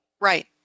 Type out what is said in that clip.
Right